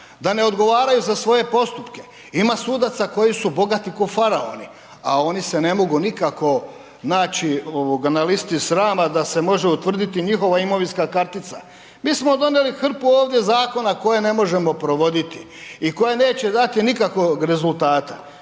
da ne odgovaraju za svoje postupke, ima sudaca koji su bogati kao faraoni, a oni se ne mogu nikako naći na listi srama da se može utvrditi njihova imovinska kartica. Mi smo donijeli hrpu ovdje zakona koje ne možemo provoditi i koji neće dati nikakvog rezultata,